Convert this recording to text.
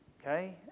Okay